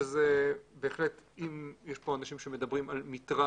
אם יש פה אנשים שמדברים על מטרד,